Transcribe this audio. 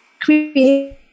create